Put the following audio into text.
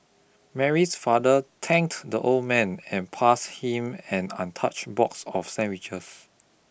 Mary's father thanked the old man and passed him an untouch box of sandwiches